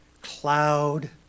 cloud